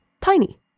Tiny